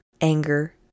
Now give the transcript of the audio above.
anger